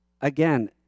again